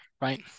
right